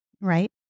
right